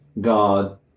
God